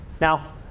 Now